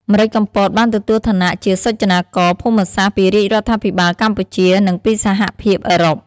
ម្រេចកំពត បានទទួលឋានៈជាសុចនាករភូមិសាស្រ្តពីរាជរដ្ឋាភិបាលកម្ពុជា និងពីសហភាពអឺរ៉ុប។